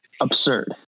absurd